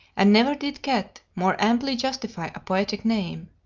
and never did cat more amply justify a poetic name.